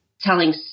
telling